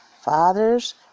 fathers